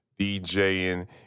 DJing